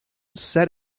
set